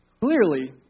Clearly